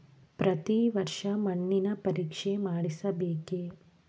ಪ್ರತಿ ವರ್ಷ ಮಣ್ಣಿನ ಪರೀಕ್ಷೆ ಮಾಡಿಸಬೇಕೇ?